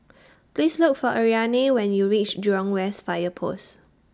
Please Look For Ariane when YOU REACH Jurong West Fire Post